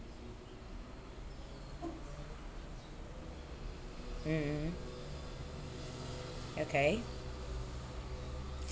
mm mm okay